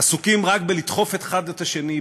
עסוקים רק בלדחוף אחד את השני,